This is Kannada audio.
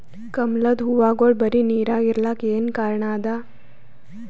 ಕಮಲದ ಹೂವಾಗೋಳ ಬರೀ ನೀರಾಗ ಇರಲಾಕ ಏನ ಕಾರಣ ಅದಾ?